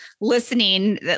listening